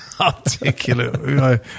articulate